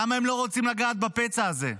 למה הם לא רוצים לגעת בפצע הזה?